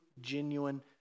genuine